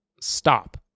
stop